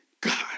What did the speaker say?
God